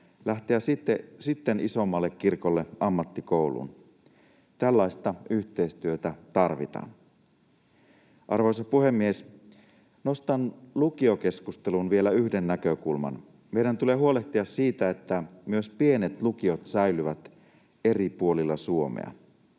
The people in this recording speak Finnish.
lähteä sitten isommalle kirkolle ammattikouluun. Tällaista yhteistyötä tarvitaan. Arvoisa puhemies! Nostan lukiokeskusteluun vielä yhden näkökulman: Meidän tulee huolehtia siitä, että myös pienet lukiot säilyvät eri puolilla Suomea.